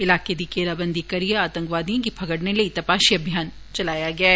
इलाके दी घेराबंदी करियै आतंकवादिए गी फगड़ने लेई तपाशी अभियान चलाया गेआ ऐ